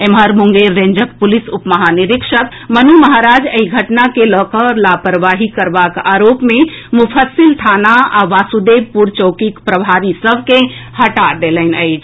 एम्हर मुंगेर रेंजक पुलिस उप महानिरीक्षक मनु महाराज एहि घटना के लऽ कऽ लापरवाही करबाक आरोप मे मुफस्सिल थाना आ वासुदेवपुर चौकीक प्रभारी सभ के हटा देलनि अछि